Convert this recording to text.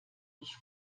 mich